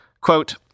Quote